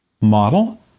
model